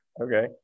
okay